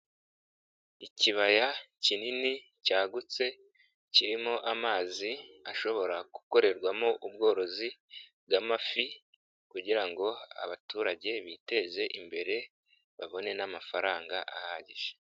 Ikibaya kinini cyagutse kirimo amazi ashobora gukorerwamo ubworozi bw'amafi kugirango abaturage biteze imbere babone n' amafaranga ahagije.